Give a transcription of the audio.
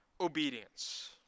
obedience